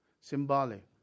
symbolic